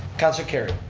councilor kerrio.